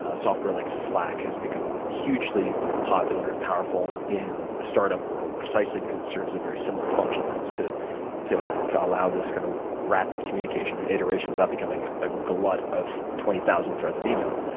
ah software like slack has become hugely popular and powerful in the startup world, precisely because it serves a very similar function. it helps to to allow this kind of rapid communication, and iteration without becoming a glut of twenty thousand threads of email.